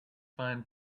find